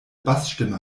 bassstimme